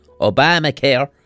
Obamacare